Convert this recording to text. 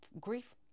grief